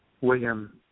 William